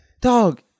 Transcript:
dog